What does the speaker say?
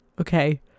Okay